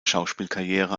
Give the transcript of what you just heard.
schauspielkarriere